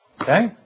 Okay